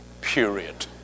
period